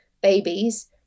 babies